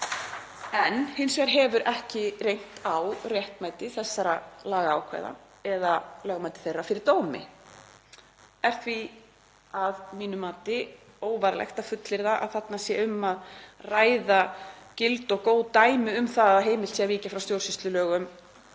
Hins vegar hefur ekki reynt á réttmæti þessara lagaákvæða eða lögmæti þeirra fyrir dómi. Það er því að mínu mati óvarlegt að fullyrða að þarna sé um að ræða gild og góð dæmi um það að heimilt sé að víkja frá stjórnsýslulögum